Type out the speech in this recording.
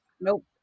Nope